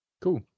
Cool